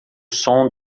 som